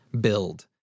Build